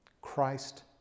Christ